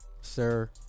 sir